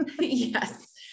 Yes